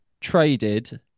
traded